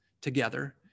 together